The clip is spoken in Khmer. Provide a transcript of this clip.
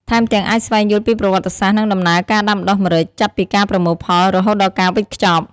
ថែមទាំង អាចស្វែងយល់ពីប្រវត្តិសាស្រ្ត និងដំណើរការដាំដុះម្រេច ចាប់ពីការប្រមូលផល រហូតដល់ការវេចខ្ចប់។